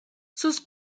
sus